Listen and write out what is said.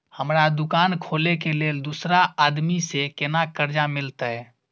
हमरा दुकान खोले के लेल दूसरा आदमी से केना कर्जा मिलते?